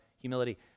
humility